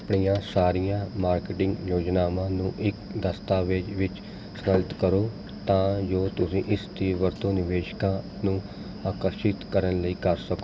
ਆਪਣੀਆਂ ਸਾਰੀਆਂ ਮਾਰਕੀਟਿੰਗ ਯੋਜਨਾਵਾਂ ਨੂੰ ਇੱਕ ਦਸਤਾਵੇਜ਼ ਵਿੱਚ ਕਰੋ ਤਾਂ ਜੋ ਤੁਸੀਂ ਇਸ ਦੀ ਵਰਤੋਂ ਨਿਵੇਸ਼ਕਾਂ ਨੂੰ ਆਕਰਸ਼ਿਤ ਕਰਨ ਲਈ ਕਰ ਸਕੋ